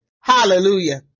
Hallelujah